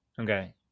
Okay